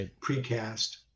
precast